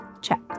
check